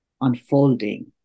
unfolding